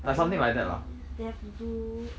damn they have to do